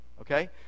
Okay